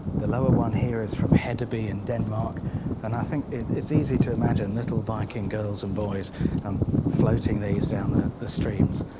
the lower one here is from hedeby in denmark and i think it's easy to imagine little viking girls and boys um floating these down the the streams.